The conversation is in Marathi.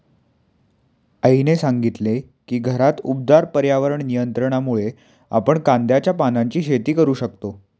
आईने सांगितले की घरात उबदार पर्यावरण नियंत्रणामुळे आपण कांद्याच्या पानांची शेती करू शकतो